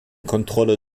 kontrolle